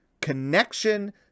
connection